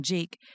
Jake